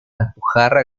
alpujarra